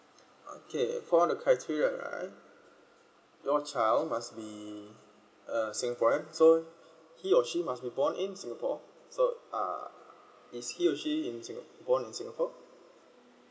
okay for the criteria right your child must be uh singaporean so he or she must be born in singapore so uh is he or she born in singapore